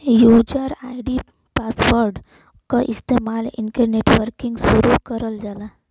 user ID आउर password क इस्तेमाल कइके नेटबैंकिंग शुरू करल जाला